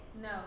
No